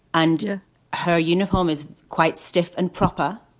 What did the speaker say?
and her uniform is quite stiff and proper,